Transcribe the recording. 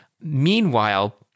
Meanwhile